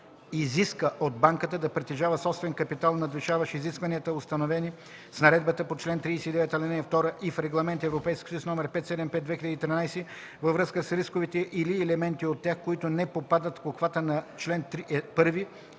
изиска от банката да притежава собствен капитал, надвишаващ изискванията, установени с наредбата по чл. 39, ал. 2 и в Регламент (ЕС) № 575/2013, във връзка с рисковете или елементи от тях, които не попадат в обхвата на чл. 1